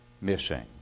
missing